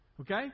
Okay